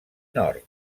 nord